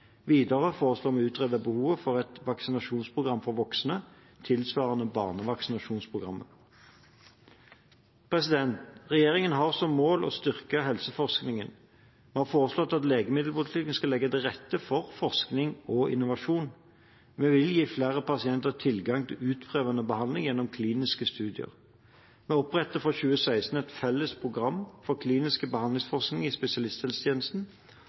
Videre foreslår vi å utrede behovet for et vaksinasjonsprogram for voksne, tilsvarende barnevaksinasjonsprogrammet. Regjeringen har som mål å styrke helseforskningen. Vi har foreslått at legemiddelpolitikken skal legge til rette for forskning og innovasjon. Vi vil gi flere pasienter tilgang til utprøvende behandling gjennom kliniske studier. Vi oppretter fra 2016 et felles program for klinisk behandlingsforskning i spesialisthelsetjenesten,